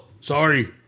Sorry